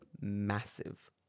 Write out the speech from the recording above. massive